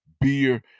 beer